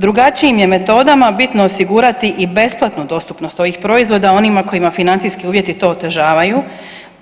Drugačijim je metodama bitno osigurati i besplatnu dostupnost ovih proizvoda onima kojima financijski uvjeti to otežavaju